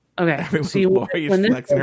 Okay